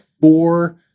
four